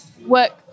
work